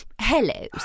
Hello